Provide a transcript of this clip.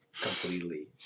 completely